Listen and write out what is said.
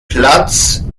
platz